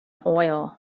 oil